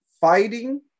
fighting